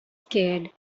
scared